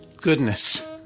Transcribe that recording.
goodness